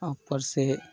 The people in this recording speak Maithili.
उपरसँ